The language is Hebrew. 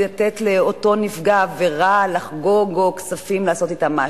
לתת לאותו נפגע עבירה לחגוג או כספים לעשות אתם משהו.